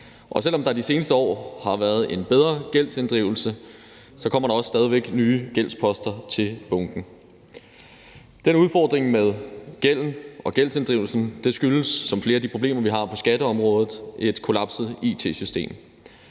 Selv om der de seneste år har været en bedre gældsinddrivelse, kommer der også stadig væk nye gældsposter til bunken. Den udfordring med gælden og gældsinddrivelsen skyldes som flere af de problemer, vi har på skatteområdet, et kollapset it-system.